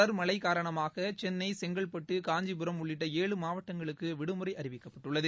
தொடர் மழை காரணமாக சென்னை செங்கல்பட்டு காஞ்சிபுரம் உள்ளிட்ட ஏழு மாவட்டங்களில் உள்ள பள்ளிகளுக்கு விடுமுறை அறிவிக்கப்பட்டுள்ளது